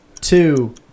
two